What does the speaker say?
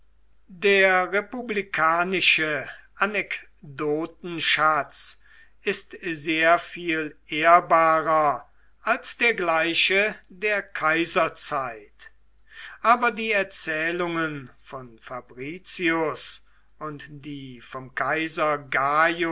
der republikanische anekdotenschatz ist sehr viel ehrbarer als der gleiche der kaiserzeit aber die erzählungen von fabricius und die vom kaiser